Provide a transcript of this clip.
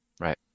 right